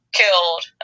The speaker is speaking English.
killed